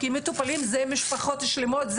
כי מטופלים זה משפחות שלמות.